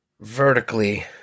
Vertically